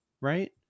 right